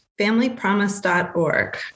Familypromise.org